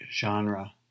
genre